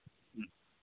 ꯎꯝ